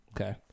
Okay